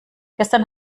gestern